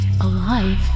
alive